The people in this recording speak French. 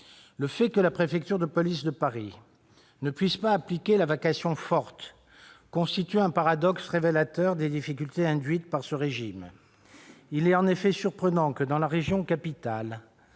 Le fait que la préfecture de police de Paris ne puisse pas appliquer la vacation forte constitue un paradoxe révélateur des difficultés induites par ce régime. Il est effectivement surprenant que, dans la région capitale,